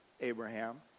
Abraham